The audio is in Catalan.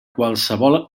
qualsevol